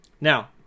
Now